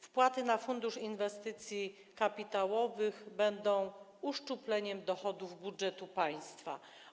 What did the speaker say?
Wpłaty na Fundusz Inwestycji Kapitałowych będą uszczupleniem dochodów budżetu państwa.